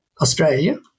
Australia